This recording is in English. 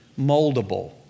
moldable